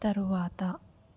తరువాత